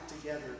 together